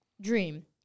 dream